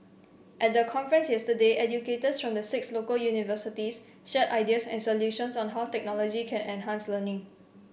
at the conference yesterday educators from the six local universities shared ideas and solutions on how technology can enhance learning